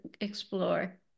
explore